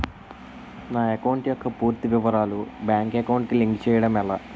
నా అకౌంట్ యెక్క పూర్తి వివరాలు బ్యాంక్ అకౌంట్ కి లింక్ చేయడం ఎలా?